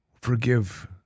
Forgive